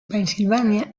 pennsylvania